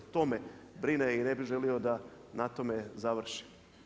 E to me brine, i ne bih želio da na tome završi.